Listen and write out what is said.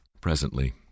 Presently